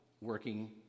Working